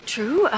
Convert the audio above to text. True